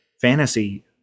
fantasy